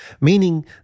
Meaning